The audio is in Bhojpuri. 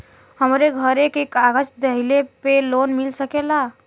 हमरे घरे के कागज दहिले पे लोन मिल सकेला?